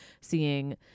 seeing